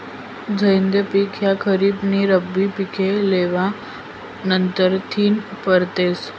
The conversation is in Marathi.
झैद पिक ह्या खरीप नी रब्बी पिके लेवा नंतरथिन पेरतस